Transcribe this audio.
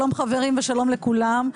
שלום חברים ושלום לכולם.